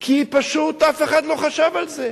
כי פשוט אף אחד לא חשב על זה.